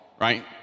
right